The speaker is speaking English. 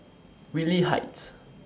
Whitley Heights